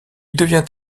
devient